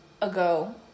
ago